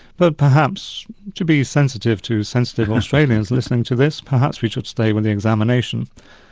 but perhaps to be sensitive to sensitive australians listening to this, perhaps we should stay with the examination.